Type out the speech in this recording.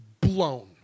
blown